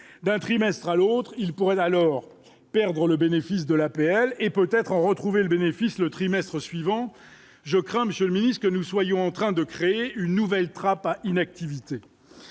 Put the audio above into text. d'un trimestre à l'autre, il pourrait alors perdre le bénéfice de l'APL et peut-être en retrouver le bénéfice le trimestre suivant, je crains, monsieur le Ministre, que nous soyons en train de créer une nouvelle trappes à inactivité,